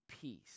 peace